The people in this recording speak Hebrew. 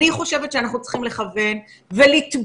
אני חושבת שאנחנו צריכים לכוון ולתבוע